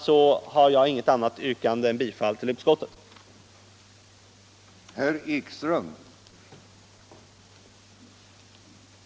Jag har inget annat yrkande än om bifall till utskottets hemställan.